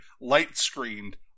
light-screened